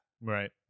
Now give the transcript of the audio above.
Right